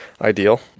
ideal